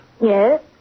Yes